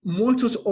muitos